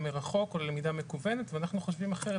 מרחוק או ללמידה מקוונת ואנחנו חושבים אחרת.